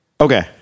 okay